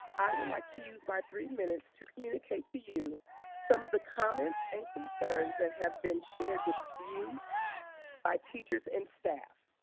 i would like to use my three minutes to communicate to you some of the comments and concerns that have been shared with you by teachers and staff.